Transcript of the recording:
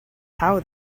how